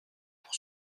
pour